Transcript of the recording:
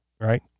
right